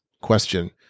question